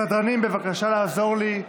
סדרנים, בבקשה, לעזור לי.